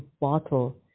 bottle